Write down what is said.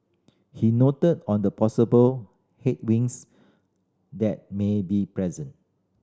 he noted on the possible headwinds that may be present